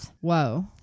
Whoa